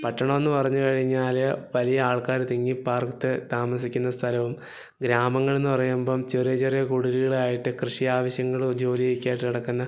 പട്ടണമെന്നു പറഞ്ഞു കഴിഞ്ഞാല് വലിയ ആൾക്കാര് തിങ്ങിപ്പാർത്ത് താമസിക്കുന്ന സ്ഥലവും ഗ്രാമങ്ങളെന്ന് പറയുമ്പോള് ചെറിയ ചെറിയ കുടിലുകളായിട്ട് കൃഷി ആവശ്യങ്ങളോ ജോലി ഒക്കെയായിട്ട് നടക്കുന്ന